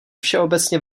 všeobecně